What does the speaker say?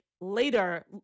later